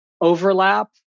overlap